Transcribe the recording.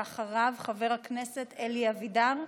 אחריו, חבר הכנסת אלי אבידר.